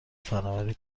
فنآوری